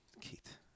Keith